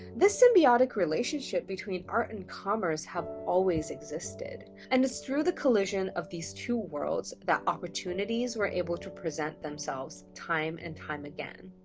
this symbiotic relationship between art and commerce have always existed. and it's through the collision of these two worlds that opportunities were able to present themselves time and time again.